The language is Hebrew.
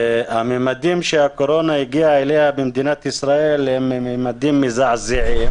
הממדים שהקורונה הגיע אליהם במדינת ישראל הם ממדים מזעזעים,